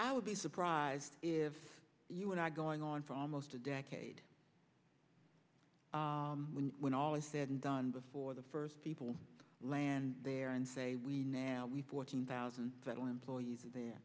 i would be surprised if you were not going on for almost a decade when when all is said and done before the first people land there and say we now we fourteen thousand federal employees there